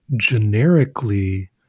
generically